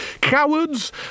Cowards